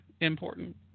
important